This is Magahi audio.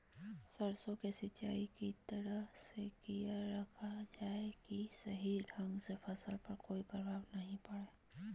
सरसों के सिंचाई किस तरह से किया रखा जाए कि सही ढंग से फसल पर कोई प्रभाव नहीं पड़े?